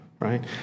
right